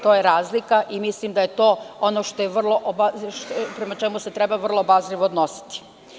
To je razlika i mislim da je to ono prema čemu se treba vrlo obazrivo odnositi.